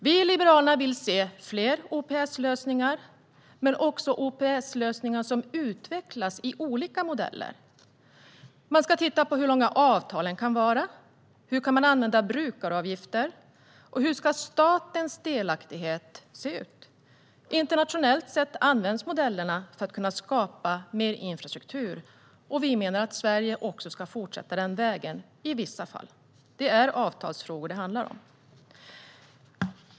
Vi i Liberalerna vill se fler OPS-lösningar, men också OPS-lösningar som utvecklas i olika modeller. Man ska titta på hur långa avtalen kan vara, hur brukaravgifter kan användas och hur statens delaktighet ska se ut. Internationellt sett används modellerna för att skapa mer infrastruktur, och vi menar att Sverige också ska fortsätta på den vägen i vissa fall. Det är avtalsfrågor det handlar om.